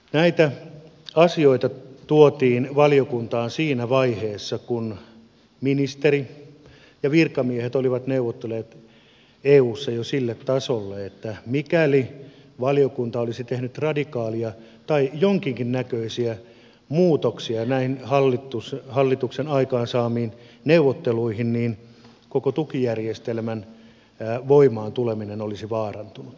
näitä asioita tuotiin valiokuntaan siinä vaiheessa kun ministeri ja virkamiehet olivat ne neuvotelleet eussa jo sille tasolla että mikäli valiokunta olisi tehnyt radikaaleja tai jonkinnäköisiä muutoksia näihin hallituksen aikaansaamiin neuvotteluihin niin koko tukijärjestelmän voimaan tuleminen olisi vaarantunut